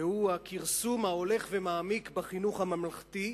והוא הכרסום ההולך ומעמיק בחינוך הממלכתי,